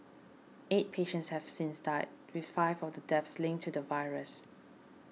eight patients have since died with five of the deaths linked to the virus